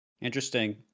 Interesting